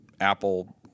Apple